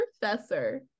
professor